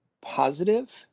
positive